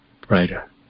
Brighter